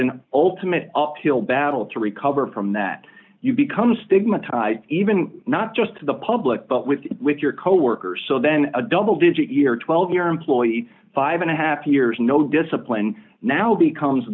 an ultimate uphill battle to recover from that you become stigmatized even not just to the public but with you with your coworkers so then a double digit year twelve year employee five and a half years no discipline now becomes